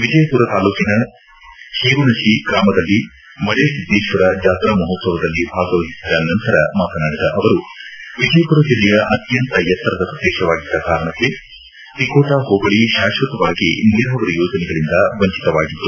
ವಿಜಯಪುರ ತಾಲ್ಲೂಕಿನ ಶೇಗುಣಶಿ ಗ್ರಾಮದಲ್ಲಿ ಮಳೆಬಿದ್ದೇಶ್ವರ ಜಾತ್ರಾ ಮಹೋತ್ಸವದಲ್ಲಿ ಭಾಗವಹಿಸಿದ ನಂತರ ಮಾತನಾಡಿದ ಅವರು ವಿಜಯಪುರ ಜಿಲ್ಲೆಯ ಅತ್ಯಂತ ಎತ್ತರದ ಪ್ರದೇಶವಾಗಿದ್ದ ಕಾರಣಕ್ಕೆ ತಿಕೋಟಾ ಹೋಬಳಿ ಶಾಶ್ವತವಾಗಿ ನೀರಾವರಿ ಯೋಜನೆಗಳಿಂದ ವಂಚಿತವಾಗಿತ್ತು